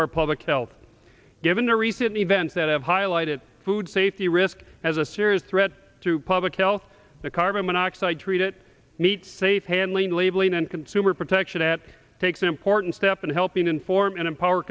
our public health given the recent events that have highlighted food safety risk as a threat to public health the carbon monoxide treat it meets safe handling labeling and consumer protection at takes an important step in helping inform and empower